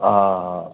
हा हा